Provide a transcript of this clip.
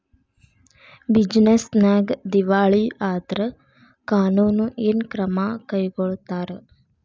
Business ನ್ಯಾಗ ದಿವಾಳಿ ಆದ್ರ ಕಾನೂನು ಏನ ಕ್ರಮಾ ಕೈಗೊಳ್ತಾರ?